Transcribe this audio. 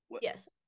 Yes